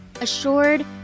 assured